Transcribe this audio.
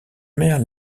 mère